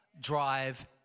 drive